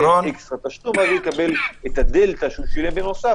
ואת הדלתא ששילם בנוסף,